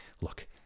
look